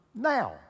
now